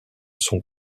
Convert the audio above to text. sont